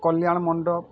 କଲ୍ୟାଣ ମଣ୍ଡପ୍